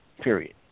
Period